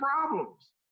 problems